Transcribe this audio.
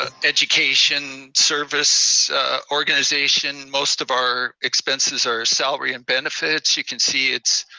ah education service organization, most of our expenses are salary and benefits. you can see it's